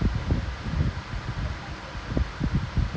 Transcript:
then they put something bracket day